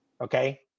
Okay